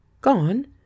Gone